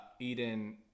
Eden